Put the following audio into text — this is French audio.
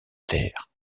terre